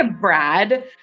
Brad